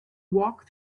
walk